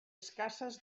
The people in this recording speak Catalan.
escasses